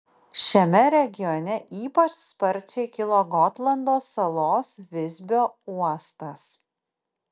šiame regione ypač sparčiai kilo gotlando salos visbio uostas